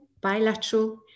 bilateral